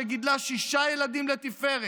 שגידלה שישה ילדים לתפארת,